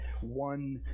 one